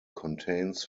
contains